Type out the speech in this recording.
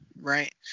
right